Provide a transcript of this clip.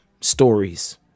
stories